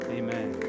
amen